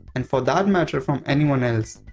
and for that matter from anyone else.